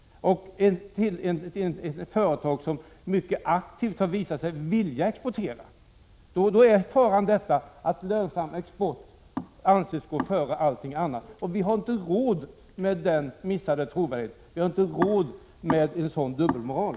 Det är fråga om ett företag som mycket aktivt har visat sig vilja exportera. Då är faran att lönsam export anses gå före allting annat. Vi har inte råd med att på detta sätt missa trovärdigheten — vi har inte råd med en sådan dubbelmoral.